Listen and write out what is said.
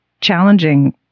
challenging